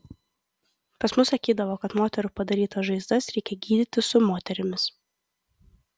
pas mus sakydavo kad moterų padarytas žaizdas reikia gydyti su moterimis